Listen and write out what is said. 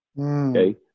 Okay